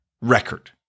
record